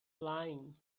flying